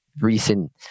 recent